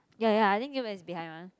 ya ya I think you is behind one